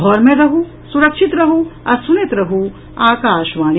घर मे रहू सुरक्षित रहू आ सुनैत रहू आकाशवाणी